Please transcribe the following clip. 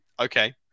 okay